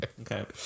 Okay